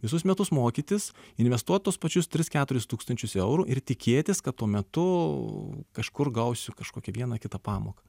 visus metus mokytis investuot tuos pačius tris keturis tūkstančius eurų ir tikėtis kad tuo metu kažkur gausiu kažkokią vieną kitą pamoką